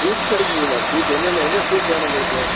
sweet கிடைக்குங்கம்மா sweet என்னென்ன என்ன ஸ்வீட் வேணும் உங்களுக்கு